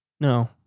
No